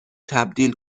تبدیل